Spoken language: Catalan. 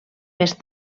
més